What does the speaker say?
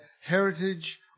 heritage